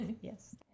Yes